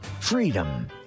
Freedom